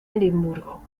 edimburgo